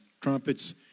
trumpets